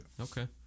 Okay